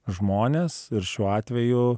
žmonės ir šiuo atveju